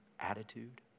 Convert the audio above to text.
Attitude